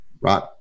right